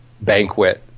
banquet